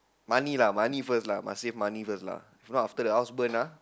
money lah money first lah must save money first lah if not after the house burn ah